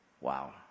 wow